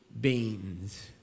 beans